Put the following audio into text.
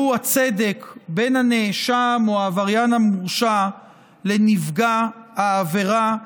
והוא הצדק בין הנאשם או העבריין המורשע לנפגע העבירה.